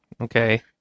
Okay